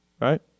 Right